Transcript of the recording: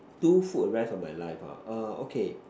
two food rest of my life ah err okay